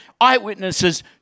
eyewitnesses